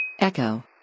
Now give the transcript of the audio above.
Echo